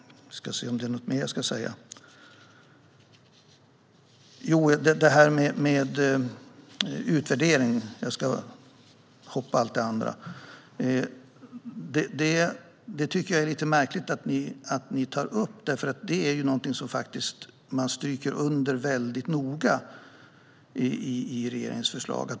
Jag ska säga något om det här med utvärdering - jag hoppar över allt det andra. Jag tycker att det är lite märkligt att ni tar upp detta, för det är någonting man faktiskt stryker under väldigt noga i regeringens förslag.